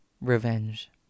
revenge